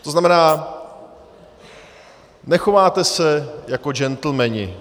To znamená, nechováte se jako gentlemani.